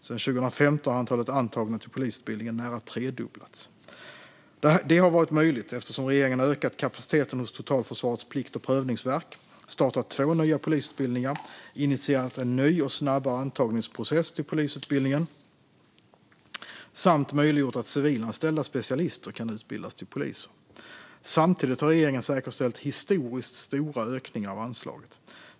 Sedan 2015 har antalet antagna till polisutbildningen nära tredubblats. Detta har varit möjligt eftersom regeringen har ökat kapaciteten hos Totalförsvarets plikt och prövningsverk, startat två nya polisutbildningar, initierat en ny och snabbare antagningsprocess till polisutbildningen samt möjliggjort att civilanställda specialister kan utbildas till poliser. Samtidigt har regeringen säkerställt historiskt stora ökningar av anslaget.